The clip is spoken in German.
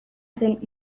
sind